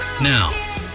Now